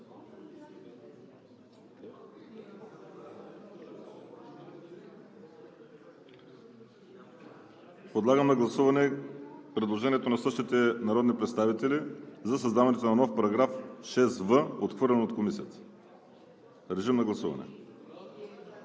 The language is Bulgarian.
Подлагам на гласуване предложението на същите народни представители за създаването на нов § 6б, отхвърлено от Комисията. Гласували